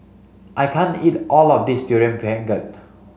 I can't eat all of this durian pengat